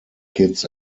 kids